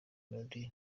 melody